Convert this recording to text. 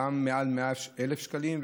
גם מעל 100,000 שקלים,